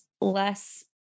less